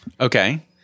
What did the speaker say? Okay